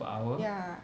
ya